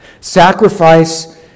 sacrifice